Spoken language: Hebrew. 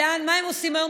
מה הם עושים היום?